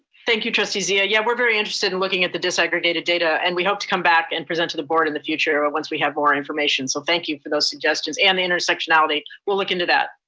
thank you, trustee zia. yeah, we're very interested in looking at the desegregated data and we hope to come back and present to the board in the future once we have more information. so thank you for those suggestions and the intersectionality, we'll look into that,